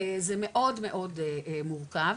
זה מאד מאוד מורכב,